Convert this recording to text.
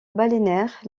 balnéaire